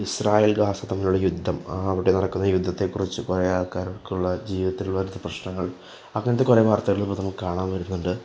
Israel Gaza തമ്മിലുള്ള യുദ്ധം അവിടെ നടക്കുന്ന യുദ്ധത്തെക്കുറിച്ച് കുറേയാൾക്കാർക്കുള്ള ജീവിതത്തിലുള്ള പ്രശ്നങ്ങൾ അങ്ങനത്തെ കുറേ വാർത്തകൾ ഇന്ന് നമുക്ക് കാണാൻ വരുന്നുണ്ട്